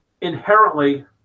inherently